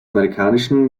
amerikanischen